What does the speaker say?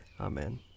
Amen